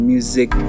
Music